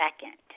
Second